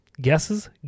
guesses